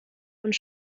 und